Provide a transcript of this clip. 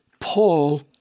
Paul